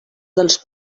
dels